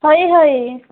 ହୋଇ ହୋଇ